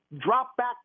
drop-back